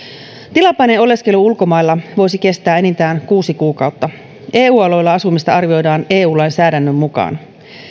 tilapäinen oleskelu ulkomailla voisi kestää enintään kuusi kuukautta eu alueella asumista arvioidaan eu lainsäädännön mukaan